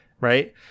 right